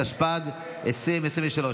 התשפ"ג 2023,